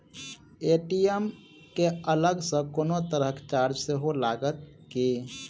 ATM केँ अलग सँ कोनो तरहक चार्ज सेहो लागत की?